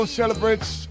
celebrates